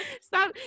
stop